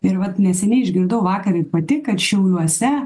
ir vat neseniai išgirdau vakar ir pati kad šiauliuose